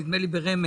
נדמה לי ברמז,